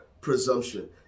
presumption